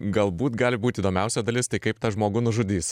tai galbūt gali būt įdomiausia dalis tai kaip tą žmogų nužudys